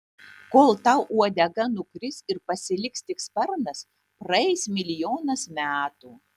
kol tau uodega nukris ir pasiliks tik sparnas praeis milijonas metų